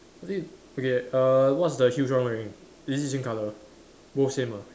I think okay uh what's the huge one wearing is it the same colour both same ah